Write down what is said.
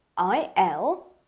i l.